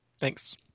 Thanks